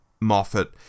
Moffat